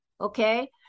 Okay